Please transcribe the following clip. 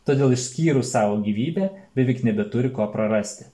todėl išskyrus savo gyvybę beveik nebeturi ko prarasti